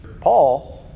Paul